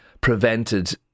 prevented